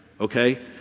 okay